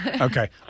Okay